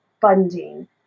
funding